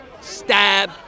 stab